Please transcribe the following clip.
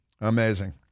Amazing